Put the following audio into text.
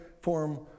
form